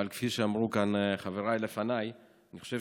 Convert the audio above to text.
אבל כפי שאמרו כאן חבריי לפניי, אני חושב